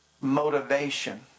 motivation